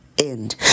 end